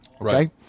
right